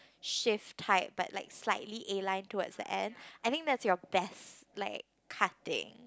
shift tight but like slightly airline toward the end I think that's your best like cutting